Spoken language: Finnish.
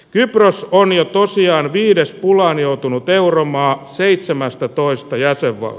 virossa on jo toisiaan viides pulaan joutunut euromaa seitsemästätoista ja toivoo